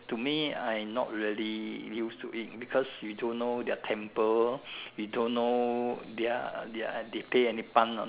to me I not really used to it because you don't know their temper you don't know their their they play any punk or